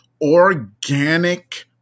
organic